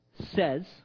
says